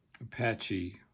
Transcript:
Apache